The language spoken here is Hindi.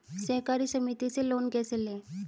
सहकारी समिति से लोन कैसे लें?